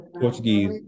Portuguese